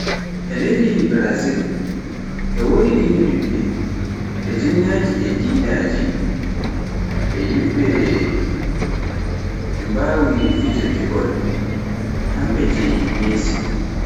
e leydi Brazil e wodi dina ɗuɗɗe, be jinnaake e dinaaji, yimbe fiye feyi fijirde bol, hambe jeeyi Messi.